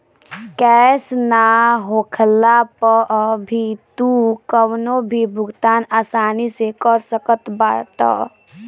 cash ना होखला पअ भी तू कवनो भी भुगतान आसानी से कर सकत बाटअ